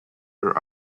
her